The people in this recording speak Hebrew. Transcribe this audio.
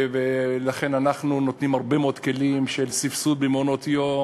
ולכן אנחנו נותנים הרבה מאוד כלים של סבסוד במעונות-יום,